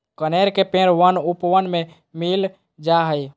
कनेर के पेड़ वन उपवन में मिल जा हई